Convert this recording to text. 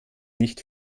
nicht